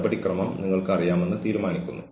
അവന്റെ വിഷമം പുറത്തു പറയാൻ അനുവദിക്കുക